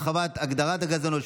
הרחבת הגדרת הגזענות),